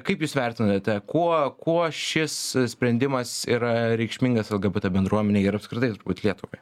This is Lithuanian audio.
kaip jūs vertinate kuo kuo šis sprendimas yra reikšmingas lgbt bendruomenei ir apskritai turbūt lietuvai